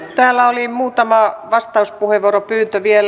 täällä oli muutama vastauspuheenvuoropyyntö vielä